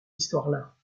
histoire